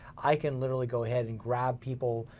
i can literally go ahead and grab people,